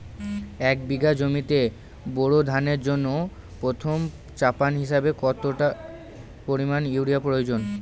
এক বিঘা জমিতে বোরো ধানের জন্য প্রথম চাপান হিসাবে কতটা পরিমাণ ইউরিয়া প্রয়োজন?